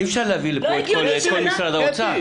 אי אפשר להביא לפה את כל משרד האוצר.